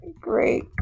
Great